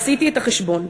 עשיתי את החשבון.